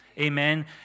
Amen